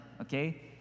okay